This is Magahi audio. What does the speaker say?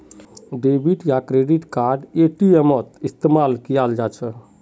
डेबिट या क्रेडिट कार्ड एटीएमत इस्तेमाल कियाल जा छ